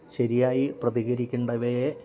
ശരിയായി പ്രതികരിക്കേണ്ടവയേ